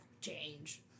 change